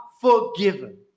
forgiven